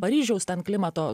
paryžiaus ten klimato